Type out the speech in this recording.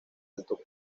alto